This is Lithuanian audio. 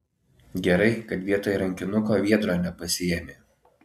gerai kad vietoj rankinuko viedro nepasiėmė